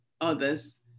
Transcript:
others